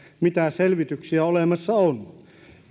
mitä selvityksiä olemassa on